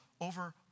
over